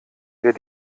wer